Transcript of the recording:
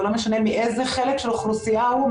ולא משנה מאיזה חלק של אוכלוסייה הוא,